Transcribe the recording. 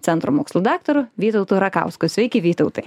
centro mokslu daktaru vytautu rakausku sveiki vytautai